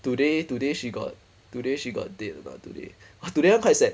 today today she got today she got date or not today !wah! today [one] quite sad